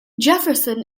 jefferson